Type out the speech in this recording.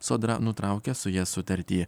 sodra nutraukia su ja sutartį